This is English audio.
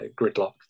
gridlock